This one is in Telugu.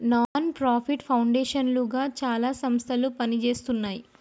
నాన్ ప్రాఫిట్ పౌండేషన్ లుగా చాలా సంస్థలు పనిజేస్తున్నాయి